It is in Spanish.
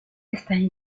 están